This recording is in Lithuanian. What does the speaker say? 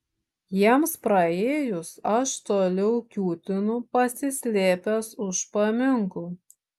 jiems praėjus aš toliau kiūtinu pasislėpęs už paminklų